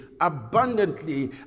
abundantly